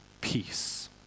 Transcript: peace